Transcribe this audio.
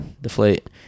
deflate